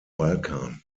balkan